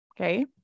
Okay